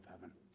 heaven